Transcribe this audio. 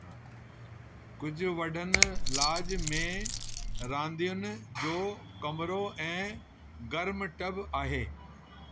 कुझु वॾनि लाज में रांदियुनि जो कमिरो ऐं गरिमु टब आहे